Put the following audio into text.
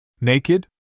Naked